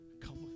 Come